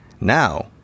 Now